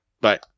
Bye